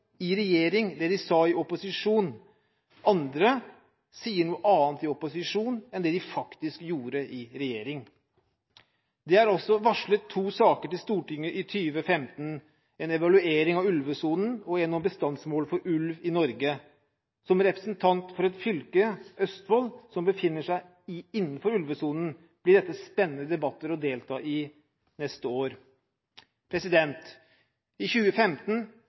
i regjering det vi sa i opposisjon. Andre sier noe annet i opposisjon enn det de faktisk gjorde i regjering. Det er også varslet to saker til Stortinget i 2015, en om evaluering av ulvesonen og en om bestandsmål for ulv i Norge. Som representant for et fylke – Østfold – som befinner seg innenfor ulvesonen, blir dette spennende debatter å delta i neste år. I 2015